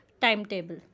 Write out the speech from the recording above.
timetable